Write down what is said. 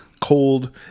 Cold